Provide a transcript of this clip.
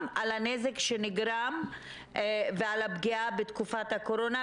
על הנזק שנגרם ועל הפגיעה בתקופת הקורונה,